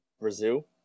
Brazil